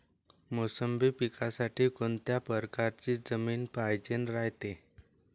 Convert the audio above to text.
मोसंबी पिकासाठी कोनत्या परकारची जमीन पायजेन रायते?